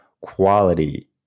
quality